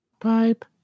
Pipe